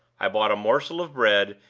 i bought a morsel of bread,